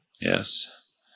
Yes